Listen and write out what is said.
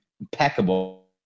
impeccable